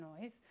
noise